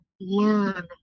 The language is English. learn